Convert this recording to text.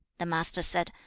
the master said,